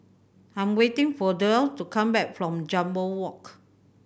I'm waiting for Derl to come back from Jambol Walk